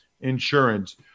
insurance